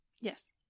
Yes